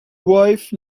wife